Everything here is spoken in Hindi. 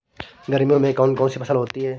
गर्मियों में कौन कौन सी फसल होती है?